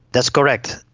that's correct.